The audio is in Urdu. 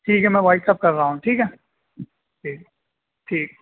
ٹھیک ہے میں واٹسپ کر رہا ہوں ٹھیک ہے ٹھیک ٹھیک